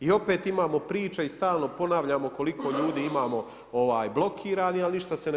I opet imamo priče i stalno ponavljamo koliko ljudi imamo blokiranih a ništa se ne